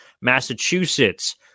Massachusetts